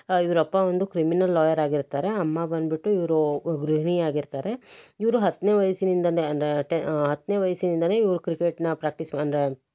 ಹಾನ್ ಇವರ ಅಪ್ಪ ಒಂದು ಕ್ರಿಮಿನಲ್ ಲಾಯರ್ ಆಗಿರುತ್ತಾರೆ ಅಮ್ಮ ಬಂದ್ಬಿಟ್ಟು ಇವರು ಗೃಹಿಣಿ ಆಗಿರ್ತಾರೆ ಇವರು ಹತ್ತನೇ ವಯಸ್ಸಿನಿಂದಲೇ ಅಂದರೆ ಟೆ ಹತ್ತನೇ ವಯಸ್ಸಿನಿಂದಲೇ ಇವರು ಕ್ರಿಕೆಟ್ನಾ ಪ್ರಾಕ್ಟೀಸ್ ಅಂದರೆ